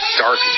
dark